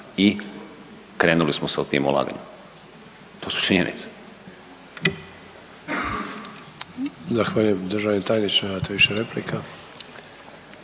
i krenuli smo s tim ulaganjem, to su činjenice.